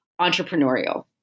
entrepreneurial